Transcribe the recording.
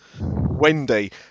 Wendy